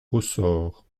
ressort